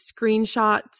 screenshots